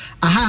aha